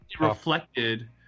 reflected